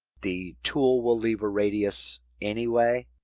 the tool will leave a radius anyway